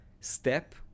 step